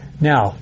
Now